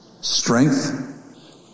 strength